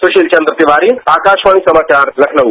सुशील चंद्र तिवारी आकाशवाणी समाचार लखनऊ